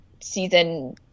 season